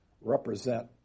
represent